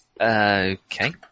Okay